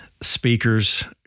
speakers